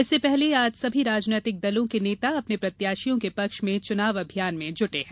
इससे पहले आज सभी राजनीतिक दलों के नेता अपने प्रत्याशियों के पक्ष में चुनाव अभियान में जुटे हैं